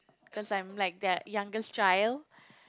cause I'm like that youngest child